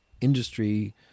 industry